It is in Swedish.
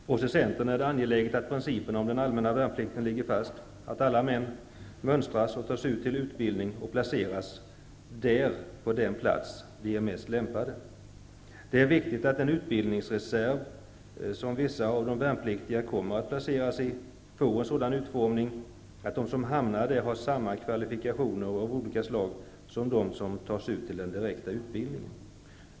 För oss i Centern är det angeläget att principen om den allmänna värnplikten liger fast, att alla män mönstrar och tas ut till utbildning och placeras på den plats som de är mest lämpade för. Det är viktigt att den utbildningsreserv som vissa av de värnpliktiga kommer att placeras i får en sådan utformning att de som hamnar där har samma kvalifikationer av olika slag som de som tas ut till den direkta utbildningen.